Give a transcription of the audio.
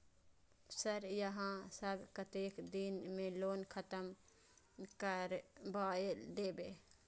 Sir यहाँ सब कतेक दिन में लोन खत्म करबाए देबे?